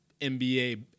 NBA